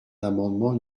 l’amendement